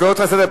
נא לצאת החוצה.